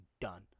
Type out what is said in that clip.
done